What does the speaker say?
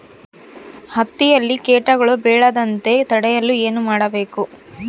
ಹತ್ತಿಯಲ್ಲಿ ಕೇಟಗಳು ಬೇಳದಂತೆ ತಡೆಯಲು ಏನು ಮಾಡಬೇಕು?